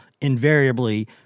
invariably